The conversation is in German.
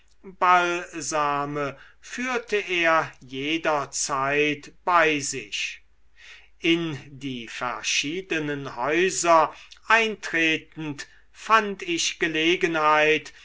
balsame führte er jederzeit bei sich in die verschiedenen häuser eintretend fand ich gelegenheit